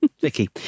Vicky